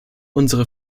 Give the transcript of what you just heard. unsere